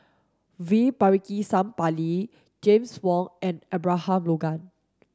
V Pakirisamy Pillai James Wong and Abraham Logan